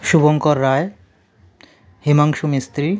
Shubhankar Roy Himanshu Mistry